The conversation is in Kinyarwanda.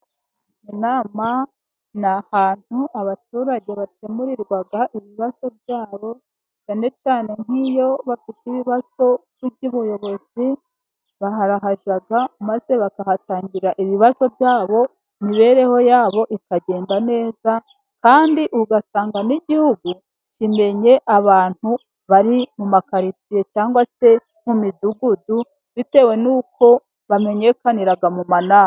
Inama ni ahantu abaturage bakemurirwa ibibazo byabo, cyane cyane nk'iyo bafite ibibazo by'ubuyobozi. barahajya maze bakahatangira ibibazo byabo. Imibereho yabo ikagenda neza, kandi ugasanga n'Igihugu kimenye abantu bari mu makaritsiye, cyangwa se mu midugudu, bitewe nuko bamenyekanira mu nama.